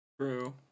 True